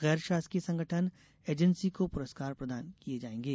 गैर शासकीय संगठन एजेंसी को पुरस्कार प्रदान किये जाएंगे